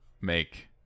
make